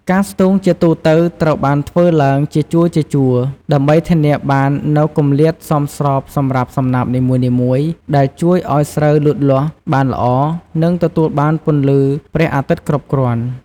ការស្ទូងជាទូទៅត្រូវបានធ្វើឡើងជាជួរៗ ដើម្បីធានាបាននូវគម្លាតសមស្របសម្រាប់សំណាបនីមួយៗ ដែលជួយឱ្យស្រូវលូតលាស់បានល្អ និងទទួលបានពន្លឺព្រះអាទិត្យគ្រប់គ្រាន់។